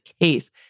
case